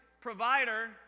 provider